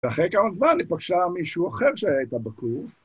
ואחרי כמה זמן היא פגשה מישהו אחר שהיה איתה בקורס.